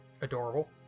adorable